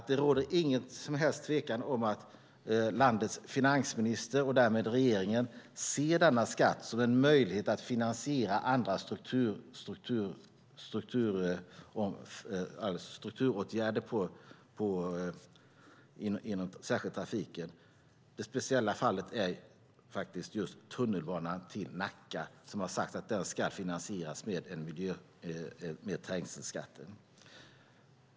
Det råder ingen som helst tvekan om att landets finansminister och därmed regeringen ser denna skatt som en möjlighet att finansiera andra strukturåtgärder inom särskilt trafiken. Det speciella fallet är tunnelbanan till Nacka, som det är sagt ska finansieras med trängselskatten.